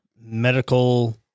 medical